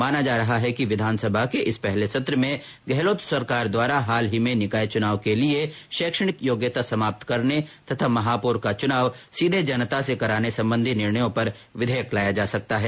माना जा रहा है कि विधानसभा के इस पहले सत्र में गहलोत सरकार द्वारा हाल ही में निकाय चुनाव के लिए शैक्षणिक योग्यता समाप्त करने तथा महापौर का चुनाव सीधे जनता से कराने संबंधी निर्णयों पर विधेयक लाये जा सकते हैं